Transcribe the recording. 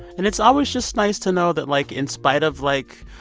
and it's always just nice to know that, like, in spite of, like,